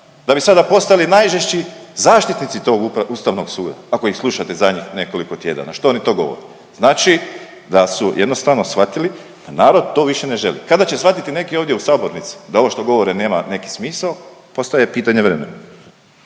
Da bi sada postali najžešći zaštitnici tog Ustavnog suda, ako ih slušate zadnjih nekoliko tjedana što oni to govore. Znači da su jednostavno shvatili, ali narod to više ne želi. Kada će shvatiti neki ovdje u sabornici da ovo što govore nema neki smisao postaje pitanje vremena.